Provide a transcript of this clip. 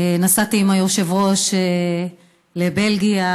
נסעתי עם היושב-ראש לבלגיה,